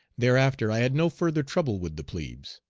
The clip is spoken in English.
thereafter i had no further trouble with the plebes.